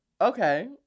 Okay